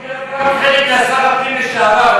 מגיע פה קרדיט לשר הפנים לשעבר,